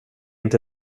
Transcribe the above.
inte